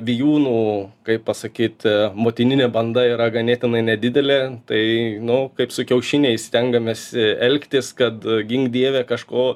vijūnų kaip pasakyt motininė banda yra ganėtinai nedidelė tai nu kaip su kiaušiniais stengamesi elgtis kad gink dieve kažko